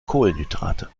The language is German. kohlenhydrate